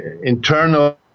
internal